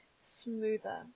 smoother